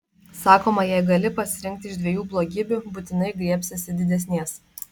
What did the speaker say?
sakoma jei gali pasirinkti iš dviejų blogybių būtinai griebsiesi didesnės